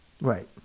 Right